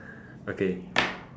okay